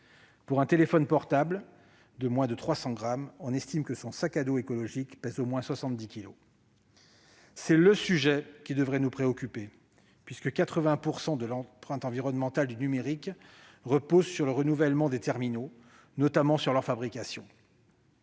d'un téléphone portable de moins de 300 grammes pèse au moins 70 kilos. C'est le sujet qui devrait nous préoccuper, puisque 81 % de l'empreinte environnementale du numérique repose sur le renouvellement des terminaux, notamment sur leur fabrication.